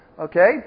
Okay